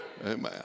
Amen